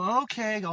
okay